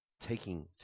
Taking